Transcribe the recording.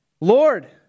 Lord